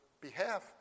behalf